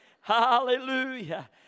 Hallelujah